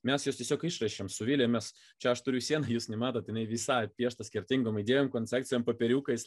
mes juos tiesiog išrašėm su vilija mes čai aš turiu sieną jūs nematot jinai visa apipiešta skirtingom idėjom koncepcijom popieriukais